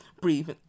breathe